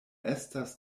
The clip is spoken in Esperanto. estas